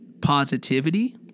positivity